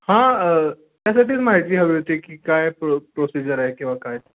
हां त्यासाठीच माहिती हवी होती की काय प्रो प्रोसिजर आहे किंवा काय